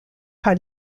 par